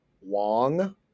Wong